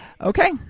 Okay